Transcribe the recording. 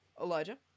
Elijah